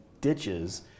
ditches